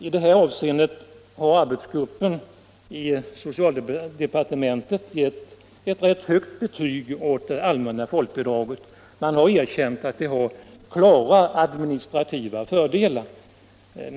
I det avseendet har arbetsgruppen i socialdepartementet givit ett rätt högt betyg åt det allmänna folkbidraget och erkänt att det har klara administrativa fördelar.